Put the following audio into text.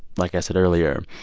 like i said earlier,